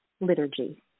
Liturgy